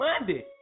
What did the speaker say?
Monday